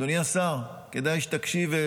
אדוני השר, כדאי שתקשיב.